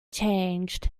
changed